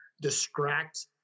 distract